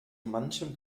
manchem